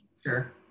Sure